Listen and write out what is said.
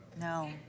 No